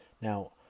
Now